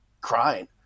crying